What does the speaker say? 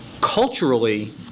culturally